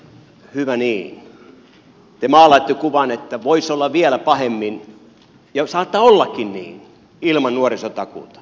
te maalaatte kuvan että voisi olla vielä pahemmin ja saattaa ollakin niin ilman nuorisotakuuta